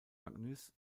magnus